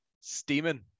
Steaming